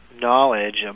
knowledge